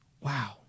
Wow